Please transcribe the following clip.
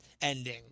Ending